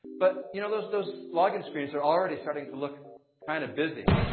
but you know those those login screens are already starting to look kind of busy.